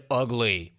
ugly